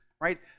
right